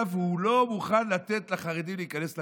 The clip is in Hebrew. והוא לא מוכן לתת לחרדים להיכנס לקואליציה.